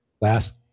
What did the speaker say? last